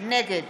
נגד